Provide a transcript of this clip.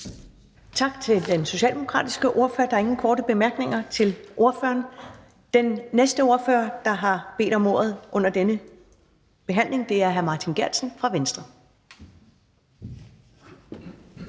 Tak til den socialdemokratiske ordfører. Der er ingen korte bemærkninger til ordføreren. Den næste ordfører, der har bedt om ordet under denne behandling, er hr. Martin Geertsen fra Venstre.